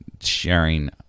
sharing